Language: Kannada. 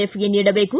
ಎಫ್ಗೆ ನೀಡಬೇಕು